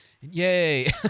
yay